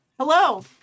hello